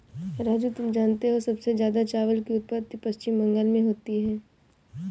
राजू तुम जानते हो सबसे ज्यादा चावल की उत्पत्ति पश्चिम बंगाल में होती है